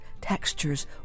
textures